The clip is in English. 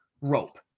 rope